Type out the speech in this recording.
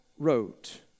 wrote